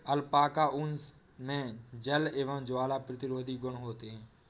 alpaca ऊन मे जल और ज्वाला प्रतिरोधी गुण होते है